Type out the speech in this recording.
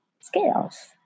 scales